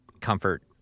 comfort